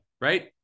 right